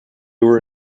were